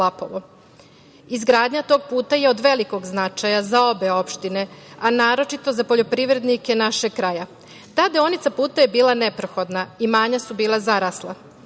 Izgradnja tog puta je od velikog značaja za obe opštine, a naročito za poljoprivrednike našeg kraja. Ta deonica puta je bila neprohodna, imanja su bila zarasla.